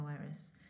virus